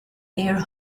their